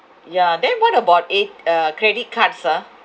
yeah then what about A uh credit cards ah